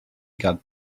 got